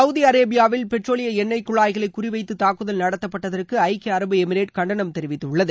Saudi அரேபியாவில் பெட்ரோலிய எண்ணெய் குழாய்களை குறிவைத்து தாக்குதல் நடத்தப்பட்டதற்கு ஐக்கிய அரபு எமிரேட் கண்டனம் தெரிவித்துள்ளது